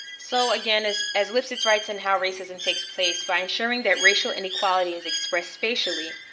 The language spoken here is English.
so again, as as lipsitz writes in how racism takes place, by ensuring that racial inequality is expressed spatially,